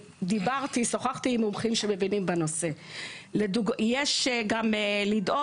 שוחחתי עם מומחים שמבינים בנושא, יש גם לדאוג